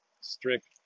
Strict